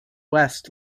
west